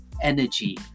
energy